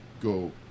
go